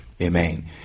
amen